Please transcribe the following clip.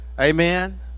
Amen